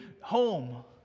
home